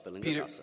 Peter